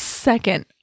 Second